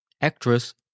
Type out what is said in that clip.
actress